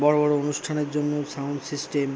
বড় বড় অনুষ্ঠানের জন্য সাউন্ড সিস্টেম